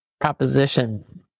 proposition